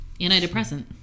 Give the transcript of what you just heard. antidepressant